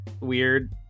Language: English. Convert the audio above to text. weird